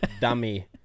Dummy